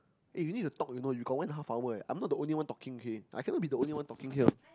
eh you need to talk you know you got one and half hour eh I'm not the only one talking okay I cannot be the only one talking here